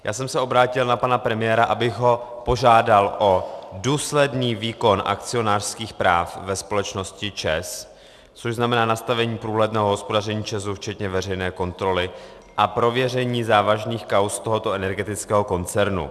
Já jsem se obrátil na pana premiéra, abych ho požádal o důsledný výkon akcionářských práv ve společnosti ČEZ, což znamená nastavení průhledného hospodaření ČEZu včetně veřejné kontroly a prověření závažných kauz tohoto energetického koncernu.